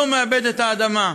לא מעבד את האדמה.